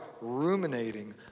ruminating